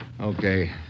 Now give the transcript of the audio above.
Okay